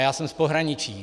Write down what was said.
Já jsem z pohraničí.